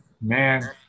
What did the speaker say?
man